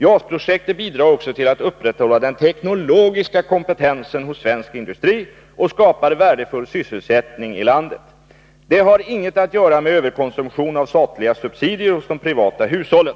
JAS-projektet bidrar också till att upprätthålla den teknologiska kompetensen hos svensk industri och skapar värdefull sysselsättning i landet. Det har inget att göra med överkonsumtion av statliga subsidier hos de privata hushållen.